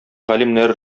галимнәре